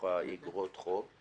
אגרות החוב,